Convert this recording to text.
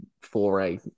foray